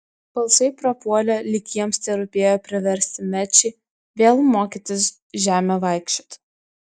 balsai prapuolė lyg jiems terūpėjo priversti mečį vėl mokytis žeme vaikščioti